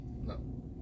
No